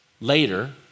Later